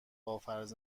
باید